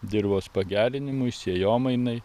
dirvos pagerinimui sėjomainai